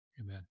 amen